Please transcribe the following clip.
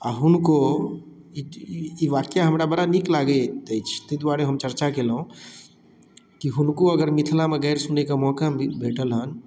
आ हुनको ई ई वाकिया हमरा बड़ा नीक लागैत अइछ तै दुआरे हम चर्चा केलौं कि हुनको अगर मिथिला मऽ गाइर सुनै कऽ मौका भेटल हन